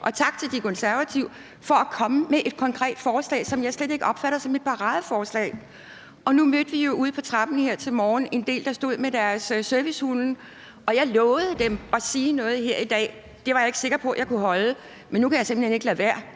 Og tak til De Konservative for at komme med et konkret forslag, som jeg slet ikke opfatter som et paradeforslag. Nu mødte vi jo ude på trappen her til morgen en del, der stod med deres servicehunde, og jeg lovede dem at sige noget her i dag. Det var jeg ikke sikker på at jeg kunne holde, men nu kan jeg simpelt hen ikke lade være